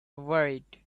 worried